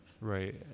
Right